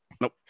Nope